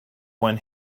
when